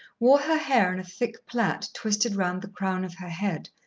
wore her hair in a thick plait twisted round the crown of her head,